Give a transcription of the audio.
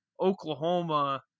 Oklahoma